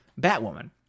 Batwoman